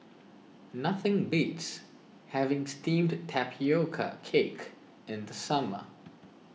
nothing beats having Steamed Tatioca Cake in the summer